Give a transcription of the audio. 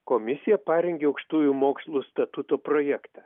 komisija parengė aukštųjų mokslų statuto projektą